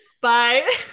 Bye